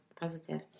positive